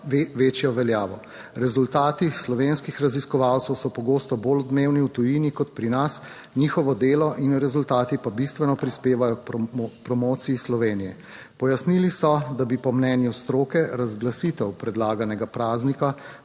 večjo veljavo. Rezultati slovenskih raziskovalcev so pogosto bolj odmevni v tujini kot pri nas, njihovo delo in rezultati pa bistveno prispevajo k promociji Slovenije. Pojasnili so, da bi po mnenju stroke razglasitev predlaganega praznika.